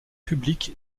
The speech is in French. publique